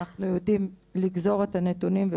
אנחנו יודעים לגזור את הנתונים.